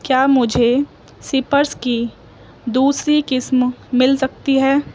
کیا مجھے سی پرس کی دوسری قسم مل سکتی ہے